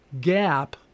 gap